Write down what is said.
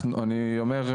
אני אומר,